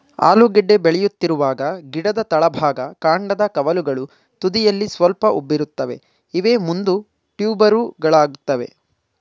ಆಲೂಗೆಡ್ಡೆ ಬೆಳೆಯುತ್ತಿರುವಾಗ ಗಿಡದ ತಳಭಾಗ ಕಾಂಡದ ಕವಲುಗಳು ತುದಿಯಲ್ಲಿ ಸ್ವಲ್ಪ ಉಬ್ಬಿರುತ್ತವೆ ಇವೇ ಮುಂದೆ ಟ್ಯೂಬರುಗಳಾಗ್ತವೆ